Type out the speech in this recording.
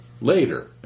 later